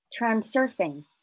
transurfing